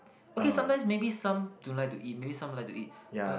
okay sometimes maybe some don't like to eat maybe some like to eat but